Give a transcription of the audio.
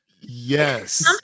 Yes